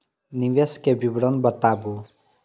निवेश के विवरण बताबू?